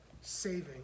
saving